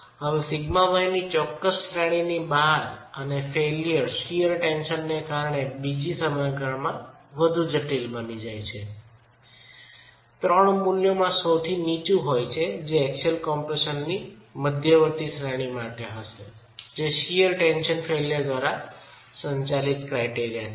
હવે σy ની ચોક્કસ શ્રેણીની બહારઅને ફેઇલ્યર શિઅર ટેન્શનને કારણે બીજી સમીકરણમાં વધુ જટિલ બની જાય છે જે ત્રણ મૂલ્યોમાંથી સૌંથી નીચું હોય છે જે એક્સિયલ કમ્પ્રેશનની મધ્યવર્તી શ્રેણી માટે હશેજે શીયર ટેન્શન ફેઇલ્યર દ્વારા સંચાલિત ક્રાયટેરિયા છે